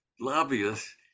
lobbyists